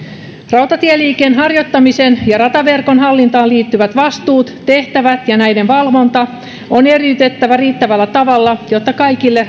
rautatieliikenteen harjoittamisen ja rataverkon hallintaan liittyvät vastuut tehtävät ja näiden valvonta on eriytettävä riittävällä tavalla jotta kaikille